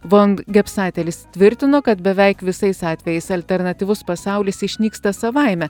van gepsaitėlis tvirtino kad beveik visais atvejais alternatyvus pasaulis išnyksta savaime